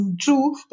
true